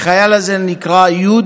לחייל הזה נקרא י'